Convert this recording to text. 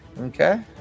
Okay